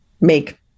make